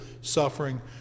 suffering